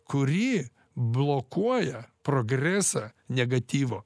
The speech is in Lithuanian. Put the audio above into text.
kuri blokuoja progresą negatyvo